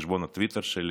בחשבון הטוויטר שלי,